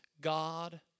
God